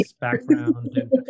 background